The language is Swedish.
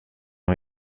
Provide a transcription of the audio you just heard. hon